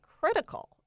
critical